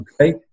Okay